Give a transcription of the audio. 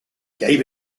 gave